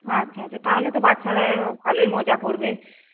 আচ্ছা আচ্ছা তাহলে তো বাচ্চারা ভালোই মজা করবে